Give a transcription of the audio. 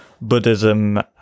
Buddhism